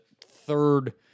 third